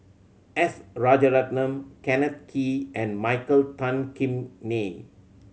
S Rajaratnam Kenneth Kee and Michael Tan Kim Nei